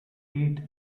eight